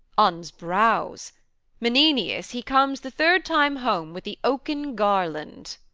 on's brows menenius, he comes the third time home with the oaken garland.